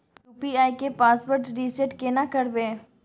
UPI के password reset केना करबे?